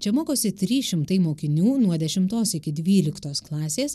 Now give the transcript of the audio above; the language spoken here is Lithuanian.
čia mokosi trys šimtai mokinių nuo dešimtos iki dvyliktos klasės